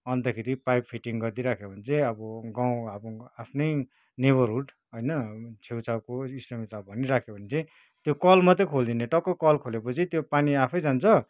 अन्तखेरि pipe fitting गरिदिइराख्यो भने चाहिँ अब गाउँ अब आफ्नै नेबरहुड होइन छेउछाउको इष्टमित्रलाई भनी राख्यो भने चाहिँ त्यो कल मात्रै खोलिदिने टक्क कल खोलेपछि त्यो पानी आफै जान्छ